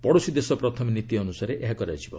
ପଡ଼ୋଶୀ ଦେଶ ପ୍ରଥମେ ନୀତି ଅନୁସାରେ ଏହା କରାଯିବ